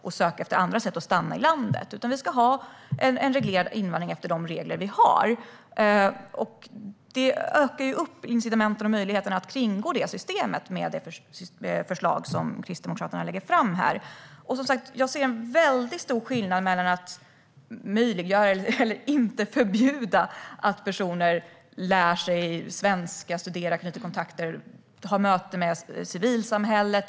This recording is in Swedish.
Vi ska ha en reglerad invandring enligt de regler som vi har. Med det förslag som Kristdemokraterna lägger fram ökar incitamenten att kringgå det systemet. Det finns inget som förbjuder att personer lär sig svenska, studerar, knyter kontakter och har möten med civilsamhället.